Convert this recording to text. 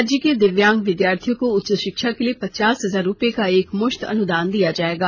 राज्य के दिव्यांग विद्यार्थियों को उच्च शिक्षा के लिए पचास हजार रूपये का एक मुश्त अनुदान दिया जाएगा